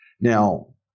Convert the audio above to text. Now